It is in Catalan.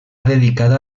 dedicada